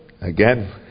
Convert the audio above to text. again